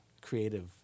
creative